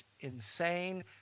insane